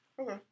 Okay